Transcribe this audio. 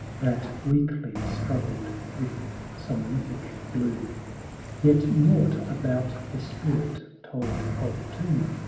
that weakly struggled with somnific gloom yet naught about the spirit told of tomb,